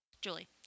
Julie